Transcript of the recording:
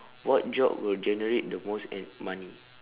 what job would generate the most uh money